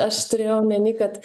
aš turėjau omeny kad